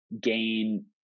Gain